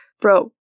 bro